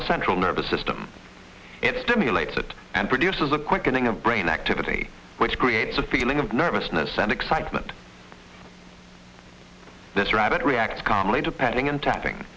the central nervous system it stimulates it and produces a quickening of brain activity which creates a feeling of nervousness and excitement this rabbit react calmly to petting and tapping